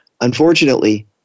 unfortunately